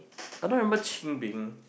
I don't remember Ching-Ming